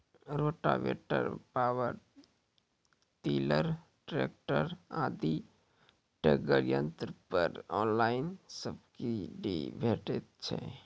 Rotavator, power tiller, tractor आदि छोटगर यंत्र पर ऑनलाइन सब्सिडी भेटैत छै?